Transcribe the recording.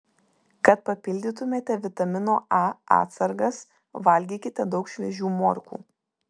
kad papildytumėte vitamino a atsargas valgykite daug šviežių morkų